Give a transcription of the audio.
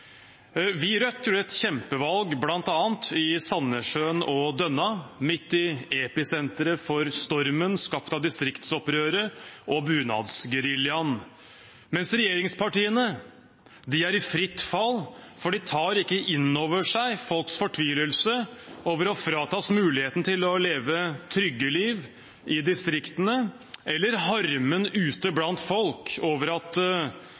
Vi i Rødt gjorde et kjempevalg i bl.a. Sandnessjøen og Dønna, midt i episenteret for stormen skapt av distriktsopprøret og bunadsgeriljaen, mens regjeringspartiene er i fritt fall, for de tar ikke inn over seg folks fortvilelse over å fratas muligheten til å leve trygge liv i distriktene, eller harmen ute blant folk over at